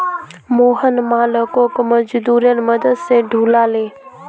मोहन मालोक मजदूरेर मदद स ढूला ले